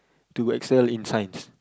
to excel in Science